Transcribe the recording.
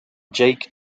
jake